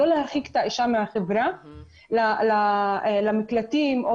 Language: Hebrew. לא להרחיק את האישה מהחברה למקלטים או